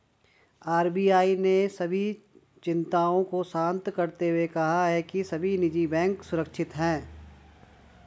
RBI ने सभी चिंताओं को शांत करते हुए कहा है कि सभी निजी बैंक सुरक्षित हैं